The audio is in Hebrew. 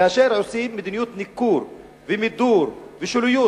כאשר עושים מדיניות ניכור ומידור ושוליות,